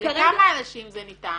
- לכמה אנשים זה ניתן?